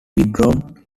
withdrawn